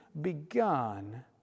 begun